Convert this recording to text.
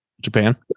Japan